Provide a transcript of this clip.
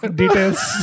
details